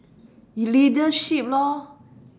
leadership lor